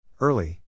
Early